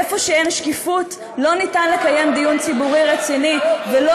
איפה שאין שקיפות לא ניתן לקיים דיון ציבורי רציני ולא